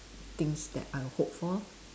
things that I hope for lor